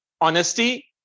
honesty